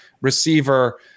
receiver